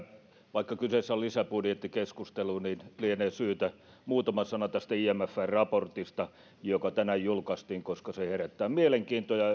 vaikka kyseessä on lisäbudjettikeskustelu niin lienee syytä sanoa muutama sana tästä imfn raportista joka tänään julkaistiin koska se herättää mielenkiintoa